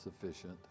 sufficient